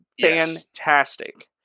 fantastic